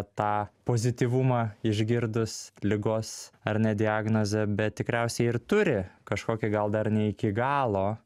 tą pozityvumą išgirdus ligos ar ne diagnozę bet tikriausiai ir turi kažkokį gal dar ne iki galo